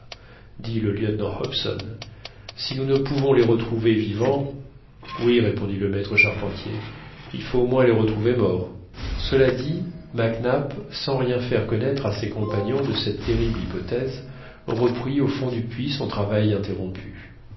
dit le lieutenant hobson si nous ne pouvons les retrouver vivants oui répondit le maître charpentier il faut au moins les retrouver morts cela dit mac nap sans rien faire connaître à ses compagnons de cette terrible hypothèse reprit au fond du puits son travail interrompu